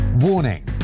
Warning